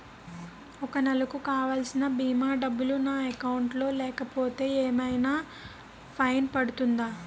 ఒక నెలకు కావాల్సిన భీమా డబ్బులు నా అకౌంట్ లో లేకపోతే ఏమైనా ఫైన్ పడుతుందా?